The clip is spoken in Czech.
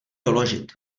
doložit